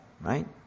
right